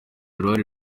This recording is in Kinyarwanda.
uruhare